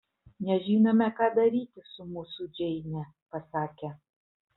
nežinome ką daryti su mūsų džeine pasakė